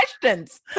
questions